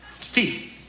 Steve